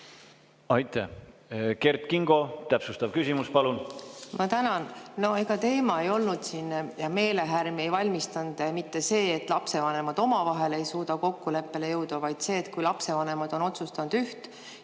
Aitäh! Kert Kingo, täpsustav küsimus, palun!